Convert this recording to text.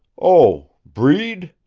oh breed?